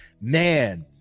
man